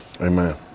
Amen